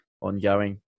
ongoing